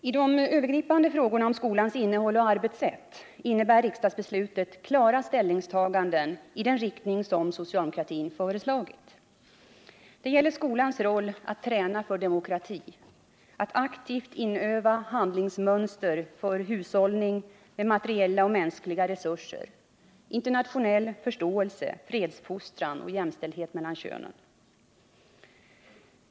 I de övergripande frågorna om skolans innehåll och arbetssätt innebär riksdagsbeslutet klara ställningstaganden i den riktning som socialdemokratin föreslagit. Det gäller skolans roll att träna för demokrati, att aktivt inöva handlingsmönster för hushållning med materiella och mänskliga resurser, internationell förståelse, fredsfostran och jämställdhet mellan könen.